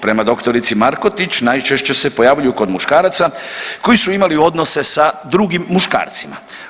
Prema doktorici Markotić najčešće se pojavljuju kod muškaraca koji su imali odnose sa drugim muškarcima.